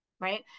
right